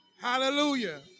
hallelujah